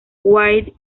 white